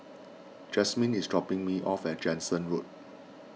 Jasmine is dropping me off at Jansen Road